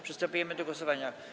Przystępujemy do głosowania.